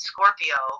Scorpio